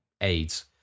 AIDS